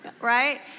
right